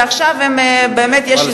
ועכשיו יש באמת הזדמנות להעביר אותן.